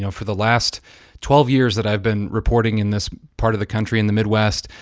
yeah for the last twelve years that i've been reporting in this part of the country in the midwest,